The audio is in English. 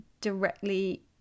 directly